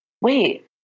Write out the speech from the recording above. wait